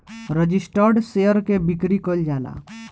registered share के बिक्री कईल जाला